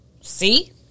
See